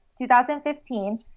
2015